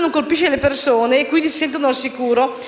non colpisce le persone, che quindi si sentono al sicuro,